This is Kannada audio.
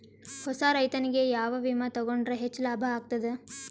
ಹೊಸಾ ರೈತನಿಗೆ ಯಾವ ವಿಮಾ ತೊಗೊಂಡರ ಹೆಚ್ಚು ಲಾಭ ಆಗತದ?